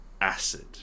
acid